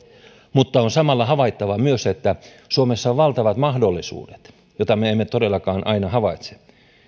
mutta on samalla havaittava myös että suomessa on valtavat mahdollisuudet joita me emme todellakaan aina havaitse